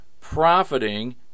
profiting